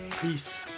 Peace